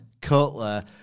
Cutler